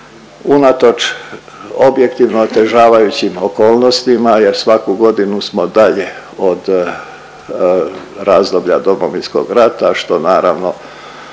unatoč objektivno otežavajućim okolnostima jer svaku godinu smo dalje od razdoblja Domovinskog rata što naravno